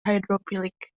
hydrophilic